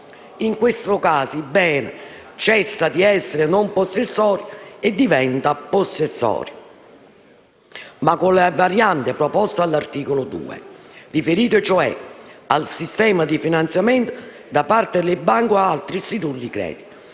In questo caso, il pegno cessa di essere non possessorio e diventa possessorio, ma con le varianti proposte dall'articolo 2, riferite cioè al sistema di finanziamento da parte delle banche o altri istituti di credito.